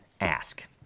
ask